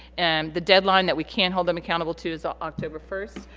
and the deadline that we can't hold them accountable to is on october first.